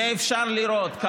יהיה אפשר לראות,